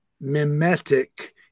mimetic